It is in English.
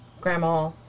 grandma